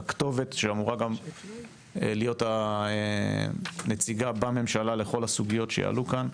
את הכתובת שאמורה גם להיות הנציגה בממשלה לכל הסוגיות שיעלו כאן.